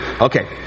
Okay